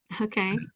Okay